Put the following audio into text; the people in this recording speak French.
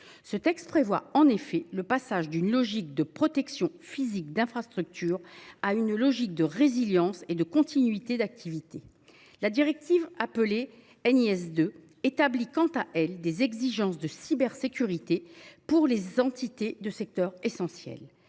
Ce texte prévoit en effet le passage d’une logique de protection physique des infrastructures à une logique de résilience et de continuité d’activité. La directive NIS 2 établit, quant à elle, des exigences de cybersécurité pour les entités de secteurs essentiels.